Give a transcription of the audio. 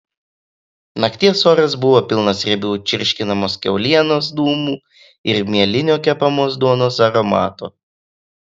nakties oras buvo pilnas riebių čirškinamos kiaulienos dūmų ir mielinio kepamos duonos aromato